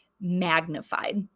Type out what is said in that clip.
magnified